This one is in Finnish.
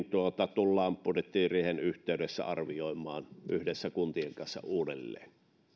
tullaan budjettiriihen yhteydessä arvioimaan yhdessä kuntien kanssa uudelleen